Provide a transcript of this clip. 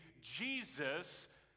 Jesus